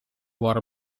water